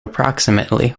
approximately